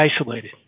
isolated